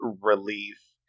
relief